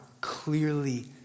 clearly